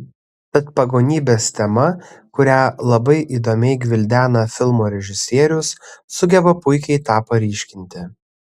tad pagonybės tema kurią labai įdomiai gvildena filmo režisierius sugeba puikiai tą paryškinti